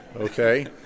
Okay